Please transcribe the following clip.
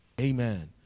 Amen